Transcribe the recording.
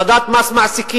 הורדת מס מעסיקים,